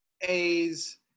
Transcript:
A's